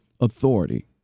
authority